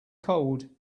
cold